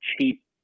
cheap